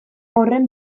horren